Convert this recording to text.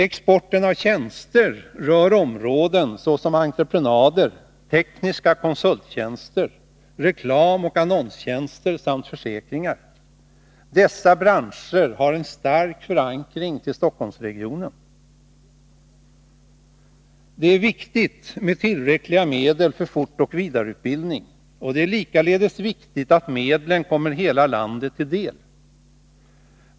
Exporten av tjänster berör områden såsom entreprenader, tekniska konsulttjänster, reklamoch annonstjänster samt försäkringar. Dessa branscher har en stark förankring i Stockholmsregionen. Det är viktigt med tillräckliga medel för fortoch vidareutbildning, och det är likaledes viktigt att medlen kommer hela landet till del.